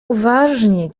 uważnie